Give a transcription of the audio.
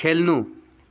खेल्नु